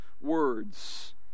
words